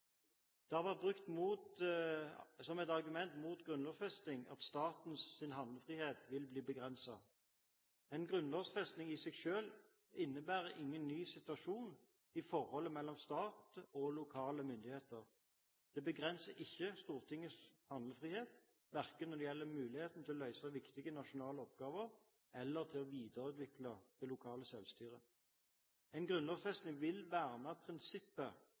Det har vært brukt som et argument mot grunnlovfesting at statens handlefrihet vil bli begrenset. En grunnlovfesting i seg selv innebærer ingen ny situasjon i forholdet mellom stat og lokale myndigheter. Det begrenser ikke Stortingets handlefrihet verken når det gjelder muligheten til å løse viktige nasjonale oppgaver eller til å videreutvikle det lokale selvstyret. En grunnlovfesting vil verne prinsippet